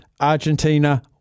Argentina